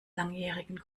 langjährigen